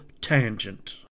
tangent